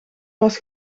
was